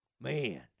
Man